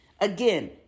Again